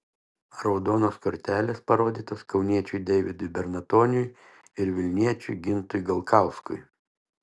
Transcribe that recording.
raudonos kortelės parodytos kauniečiui deividui bernatoniui ir vilniečiui gintui galkauskui